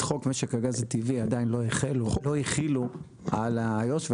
את חוק משק הגז הטבעי עדין לא החילו על איו"ש ,